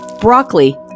broccoli